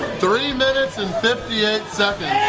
three minutes and fifty eight seconds